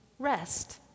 Rest